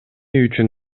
үчүн